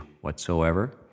whatsoever